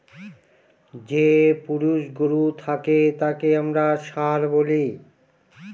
যে পুরুষ গরু থাকে তাকে আমরা ষাঁড় বলি